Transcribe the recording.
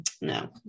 no